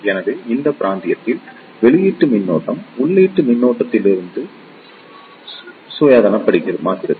எனவே இந்த பிராந்தியத்தில் வெளியீட்டு மின்னோட்டம் உள்ளீட்டு மின்னோட்டத்திலிருந்து சுயாதீனமாகிறது